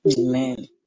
amen